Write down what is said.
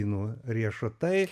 lazdynų riešutai